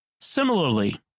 Similarly